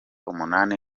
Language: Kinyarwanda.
umunani